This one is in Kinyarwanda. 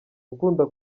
gukunda